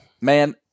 Man